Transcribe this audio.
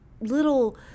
little